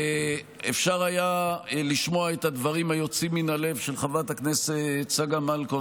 אפשר היה לשמוע את הדברים היוצאים מן הלב של חברת הכנסת צגה מלקו.